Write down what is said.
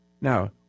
Now